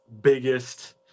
biggest